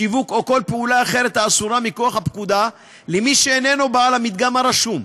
שיווק או כל פעולה אחרת האסורה מכוח הפקודה למי שאיננו בעל המדגם הרשום,